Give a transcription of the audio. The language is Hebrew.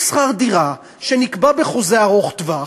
יש שכר דירה שנקבע בחוזה ארוך טווח.